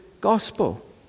gospel